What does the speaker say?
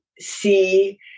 see